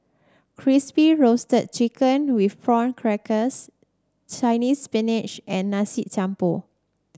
Crispy Roasted Chicken with Prawn Crackers Chinese Spinach and Nasi Campur